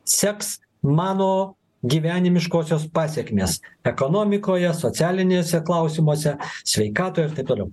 seks mano gyvenimiškosios pasekmės ekonomikoje socialiniuose klausimuose sveikatoj ir taip toliau